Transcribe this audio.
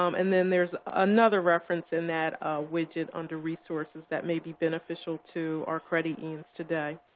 um and then there's another reference in that ah widget under resources that may be beneficial to our credit unions today.